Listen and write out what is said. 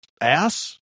Ass